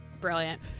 Brilliant